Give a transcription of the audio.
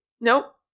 Nope